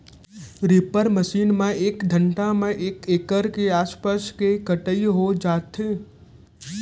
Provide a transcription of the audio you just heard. reaper machine म एक घंटा म एक एकड़ के आसपास के कटई हो जाथे